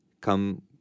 come